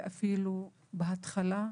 אפילו בהתחלה,